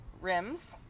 rims